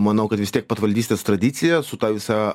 manau kad vis tiek patvaldystės tradicija su ta visa